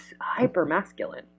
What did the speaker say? hyper-masculine